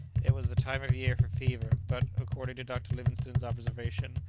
it was the time of year for fever, but, according to dr. livingstone's observation,